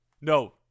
No